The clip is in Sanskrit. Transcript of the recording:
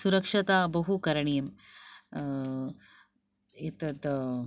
सुरक्षता बहु करणीयम् एतत्